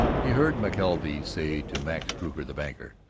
he heard mckelvey say to max kruger, the banker,